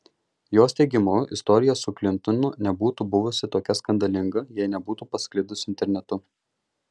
jos teigimu istorija su klintonu nebūtų buvusi tokia skandalinga jei nebūtų pasklidusi internetu